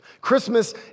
Christmas